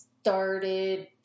started